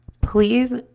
Please